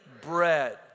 bread